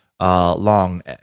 long